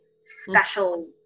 special